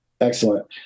Excellent